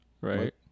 Right